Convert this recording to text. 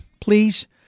please